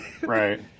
right